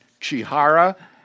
Chihara